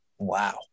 Wow